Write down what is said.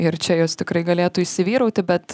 ir čia jos tikrai galėtų įsivyrauti bet